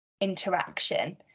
interaction